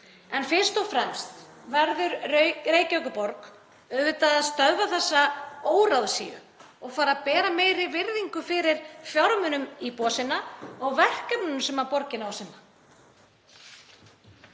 En fyrst og fremst verður Reykjavíkurborg auðvitað að stöðva þessa óráðsíu og fara að bera meiri virðingu fyrir fjármunum íbúa sinna og verkefnunum sem borgin á að sinna.